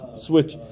switch